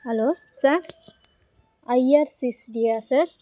hello sir ஐஆர்சிசிடியா sir